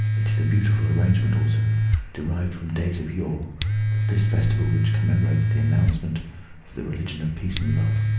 it is a beautiful arrangement, also derived from days of yore, that this festival, which commemorates the announcement of the religion of peace and love,